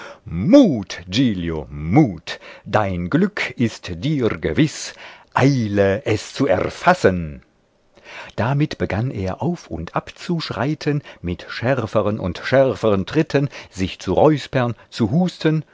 mut dein glück ist dir gewiß eile es zu erfassen damit begann er auf und ab zu schreiten mit schärferen und schärferen tritten sich zu räuspern zu husten